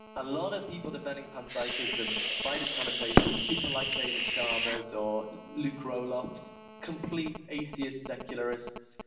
a lot of people defending panpsychism despite its connotations. people like david chalmers or luke roelofs' complete atheist secularists,